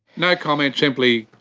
no comment, simply,